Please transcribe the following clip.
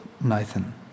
Nathan